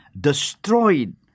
destroyed